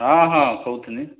ହଁ ହଁ କହୁଥିଲି